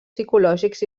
psicològics